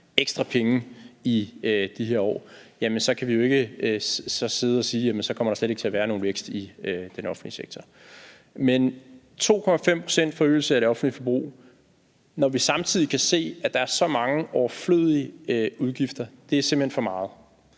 ekstra penge i de her år, så kan vi jo ikke sidde og sige, at så kommer der slet ikke til at være nogen vækst i den offentlige sektor. Men 2,5 pct.s forøgelse af det offentlige forbrug, når vi samtidig kan se, at der er så mange overflødige udgifter, er simpelt hen for meget.